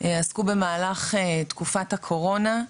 עסקו במהלך תקופת הקורונה,